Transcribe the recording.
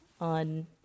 on